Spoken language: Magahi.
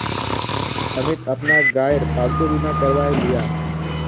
अमित अपना गायेर पालतू बीमा करवाएं लियाः